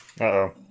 Uh-oh